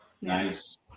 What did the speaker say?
nice